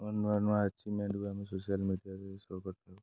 ହଁ ନୂଆ ନୂଆ ଆଚିଭମେଣ୍ଟ ଆମ ସୋସିଆଲ୍ ମିଡ଼ିଆରେ ସୋ କରିଥାଉ